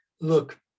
look